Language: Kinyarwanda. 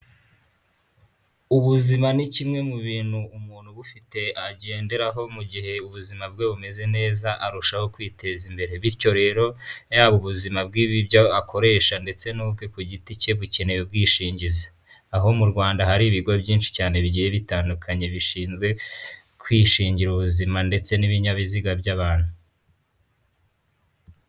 Ubuzima ni kimwe mu bintu umuntu ubufite agenderaho mu gihe ubuzima bwe bumeze neza arushaho kwiteza imbere bityo rero yaba ubuzima bw'ibyo akoresha ndetse n'ubwe ku giti cye bukeneye ubwishingizi, aho mu Rwanda hari ibigo byinshi cyane bigiye bitandukanye bishinzwe kwishingira ubuzima ndetse n'ibinyabiziga by'abantu.